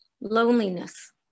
loneliness